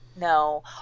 no